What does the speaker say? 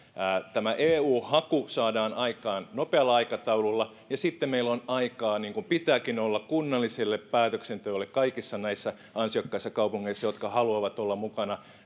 tämä eu haku saadaan aikaan nopealla aikataululla ja sitten meillä on aikaa niin kuin pitääkin olla kunnalliselle päätöksenteolle kaikissa näissä ansiokkaissa kaupungeissa jotka haluavat olla mukana